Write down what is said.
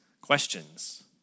questions